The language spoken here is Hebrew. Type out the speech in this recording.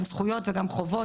גם זכויות וגם חובות,